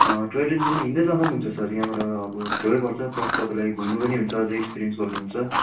toy ट्रेनसम्म हिँड्दै जाँदा पनि हुन्छ सर यहाँबाट अब छेवै पर्छ प्लास तपाईँलाई घुम्नु पनि हुन्छ अझै एक्सपिरियन्स गर्नुहुन्छ